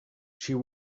she